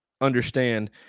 understand